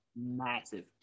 massive